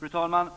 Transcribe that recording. Fru talman!